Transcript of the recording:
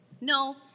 No